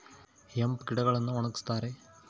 hemp ಗಿಡಗಳನ್ನು ಒಣಗಸ್ತರೆ